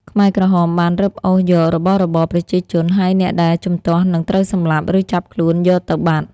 ខ្មែរក្រហមបានរឹបអូសយករបស់របរប្រជាជន ហើយអ្នកដែលជំទាស់នឹងត្រូវសម្លាប់ ឬចាប់ខ្លួនយកទៅបាត់។